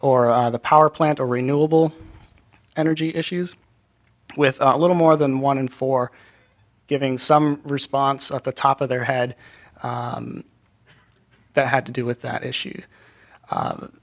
or power plant or renewable energy issues with a little more than one in four giving some response at the top of their head that had to do with that issue